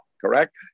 correct